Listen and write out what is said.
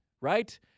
right